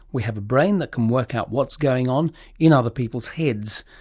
we have a brain that can work out what's going on in other people's heads,